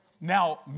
Now